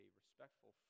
respectful